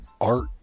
art